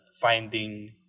finding